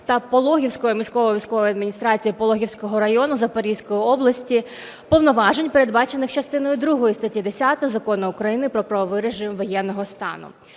та Пологівської міської військової адміністрації Пологівського району Запорізької області повноважень, передбачених частиною другою статті 10 Закону України "Про правовий режим воєнного стану".